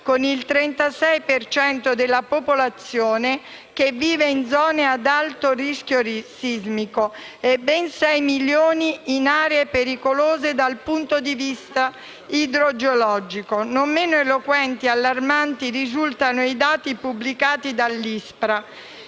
cento della popolazione che vive in zone ad alto rischio sismico e ben 6 milioni in aree pericolose dal punto di vista idrogeologico. Non meno eloquenti e allarmanti risultano i dati pubblicati dall'ISPRA: